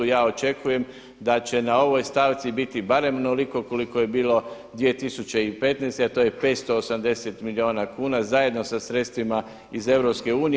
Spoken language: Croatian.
Ja očekujem da će na ovoj stavci biti barem onoliko koliko je bilo 2015. a to je 580 milijuna kuna zajedno sa sredstvima iz EU.